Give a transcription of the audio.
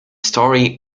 story